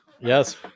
Yes